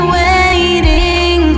waiting